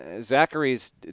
Zachary's